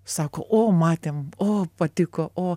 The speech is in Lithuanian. sako o matėm o patiko o